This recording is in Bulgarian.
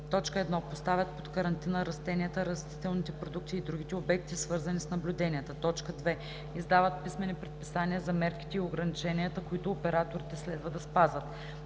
1. поставят под карантина растенията, растителните продукти и другите обекти, свързани с наблюденията; 2. издават писмени предписания за мерките и ограниченията, които операторите следва да спазват;